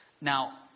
Now